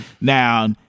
Now